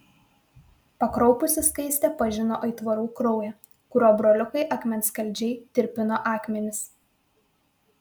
pakraupusi skaistė pažino aitvarų kraują kuriuo broliukai akmenskaldžiai tirpino akmenis